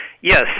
Yes